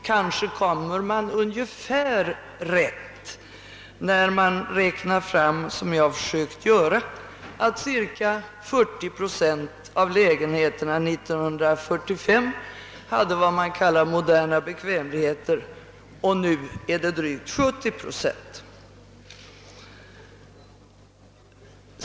Kanske kommer man ungefär rätt när man räknar fram — vilket jag försökt göra — att cirka 40 procent av lägen heterna år 1945 hade vad man kallar moderna bekvämligheter. Nu är det drygt 70 procent.